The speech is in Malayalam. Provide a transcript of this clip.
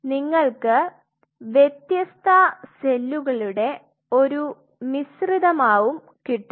നിങ്ങൾക്ക് വ്യത്യസ്ത സെല്ലുകളുടെ ഒരു മിശ്രിതം ആവും കിട്ടുക